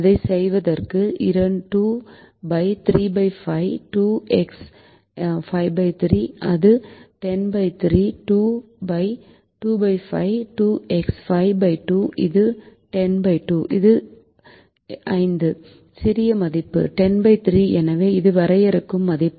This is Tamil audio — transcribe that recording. அதைச் செய்வதற்கு 2 35 2 x 53 இது 103 2 25 2 x 52 இது 10 2 இது 5 சிறிய மதிப்பு 103 எனவே அது வரையறுக்கும் மதிப்பு